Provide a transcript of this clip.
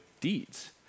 deeds